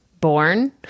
born